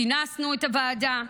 כינסנו את הוועדה,